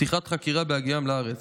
ופתיחת חקירה בהגיעם לארץ.